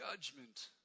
Judgment